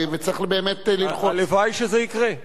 וצריך באמת, הלוואי שזה יקרה.